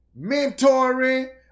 mentoring